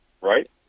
right